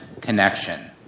connection